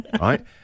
Right